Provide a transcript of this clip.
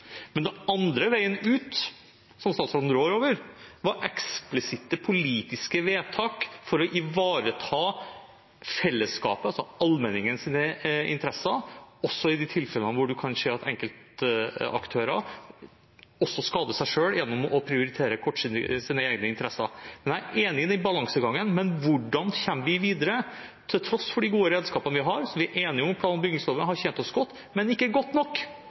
Men den andre veien ut, som statsråden rår over, er eksplisitte politiske vedtak for å ivareta fellesskapets, altså allmenningens interesser, også i de tilfellene hvor man kan se at enkeltaktører skader seg selv gjennom å prioritere kortsiktig sine egne interesser. Jeg er enig i den balansegangen, men hvordan kommer vi videre – til tross for de gode redskapene vi har? Vi er enige om at plan- og bygningsloven har tjent oss godt, men ikke godt nok.